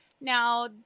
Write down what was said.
Now